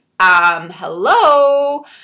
hello